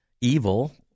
evil